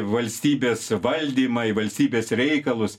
valstybės valdymą į valstybės reikalus